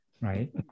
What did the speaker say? right